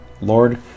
Lord